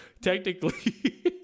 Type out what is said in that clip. technically